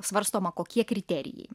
svarstoma kokie kriterijai